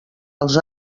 els